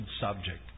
subject